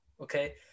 okay